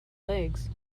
legs